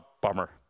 bummer